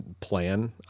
plan